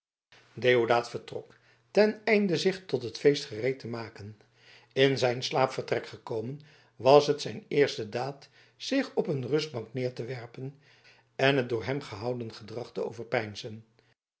deodaat vertrok ten einde zich tot het feest gereed te maken in zijn slaapvertrek gekomen was het zijn eerste daad zich op een rustbank neer te werpen en het door hem gehouden gedrag te overpeinzen